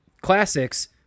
classics